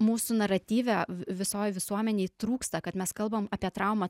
mūsų naratyve vi visoj visuomenėj trūksta kad mes kalbam apie traumą